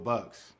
Bucks